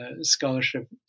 scholarship